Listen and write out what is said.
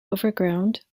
overground